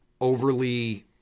overly